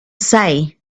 say